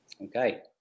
Okay